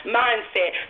mindset